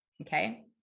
okay